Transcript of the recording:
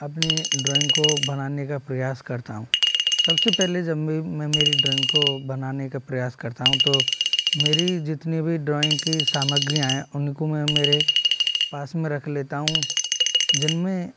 अपने ड्रॉइंग को बनाने का प्रयास करता हूँ सबसे पहले जब मैं में मेरी ड्रॉइंग को बनाने का प्रयास करता हूँ तो मेरी जितनी भी ड्रॉइंग की सामग्रियाँ हैं उनको मैं मेरे पास में रख लेता हूँ जिनमें